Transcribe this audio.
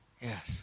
Yes